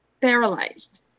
paralyzed